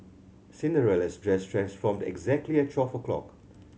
Cinderella's dress transformed exactly at twelve o'clock